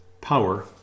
power